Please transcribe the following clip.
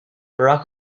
barack